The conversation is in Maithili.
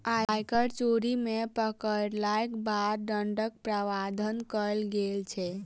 आयकर चोरी मे पकड़यलाक बाद दण्डक प्रावधान कयल गेल छै